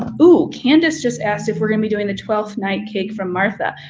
ah ooh, candace just asked if we're gonna be doing the twelfth night cake from martha.